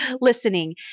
listening